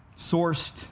sourced